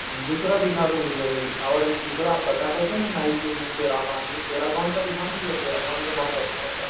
हाँ दूसरा दिखा दो भैया और दूसरा आप बता रहे थे ना नाइकी में पैरागोन में पैरागोन का दिखाओ न भैया पैरागोन का बहुत अच्छा होता है